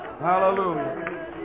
Hallelujah